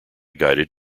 guided